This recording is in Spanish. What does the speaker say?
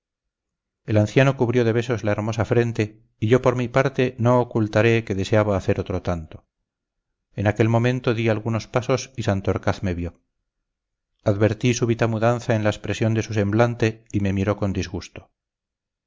el anciano cubrió de besos la hermosa frente y yo por mi parte no ocultaré que deseaba hacer otro tanto en aquel momento di algunos pasos y santorcaz me vio advertí súbita mudanza en la expresión de su semblante y me miró con disgusto